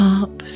up